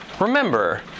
remember